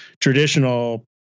traditional